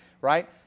right